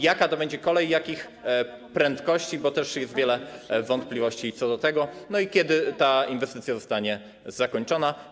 Jaka to będzie kolej, jakich prędkości, bo też jest wiele wątpliwości co do tego, i kiedy ta inwestycja zostanie zakończona?